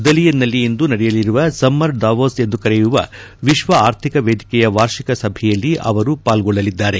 ದಲಿಯನ್ನಲ್ಲಿ ಇಂದು ನಡೆಯಲಿರುವ summer Davos ಎಂದು ಕರೆಯುವ ವಿಶ್ವ ಆರ್ಥಿಕ ವೇದಿಕೆಯ ವಾರ್ಷಿಕ ಸಭೆಯಲ್ಲಿ ಅವರು ಪಾಲ್ಗೊಳ್ಳಲಿದ್ದಾರೆ